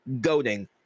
goading